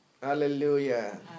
Hallelujah